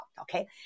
okay